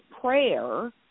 prayer